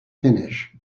finish